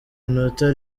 inota